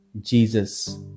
Jesus